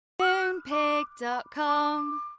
Moonpig.com